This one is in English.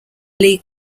league